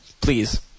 please